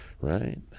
right